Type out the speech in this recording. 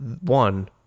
one